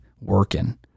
working